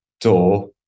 door